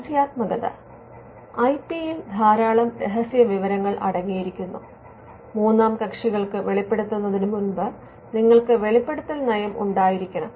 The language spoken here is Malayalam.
രഹസ്യാത്മകത ഐ പി യിൽ ധാരാളം രഹസ്യ വിവരങ്ങൾ അടങ്ങിയിരിക്കുന്നു മൂന്നാം കക്ഷികൾക്ക് വെളിപ്പെടുത്തുന്നതിന് മുൻപ് നിങ്ങൾക്ക് വെളിപ്പെടുത്തൽ നയം ഉണ്ടായിരിക്കണം